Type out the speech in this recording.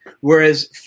whereas